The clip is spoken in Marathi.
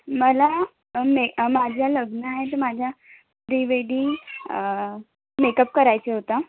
मला मे माझं लग्न आहे तर माझा प्रिवेडींग मेकप करायचा होता